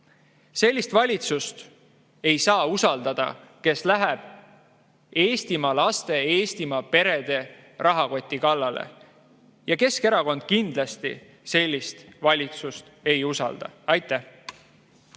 Sellist valitsust ei saa usaldada, kes läheb Eestimaa laste, Eestimaa perede rahakoti kallale. Keskerakond kindlasti sellist valitsust ei usalda. Aitäh!